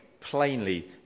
plainly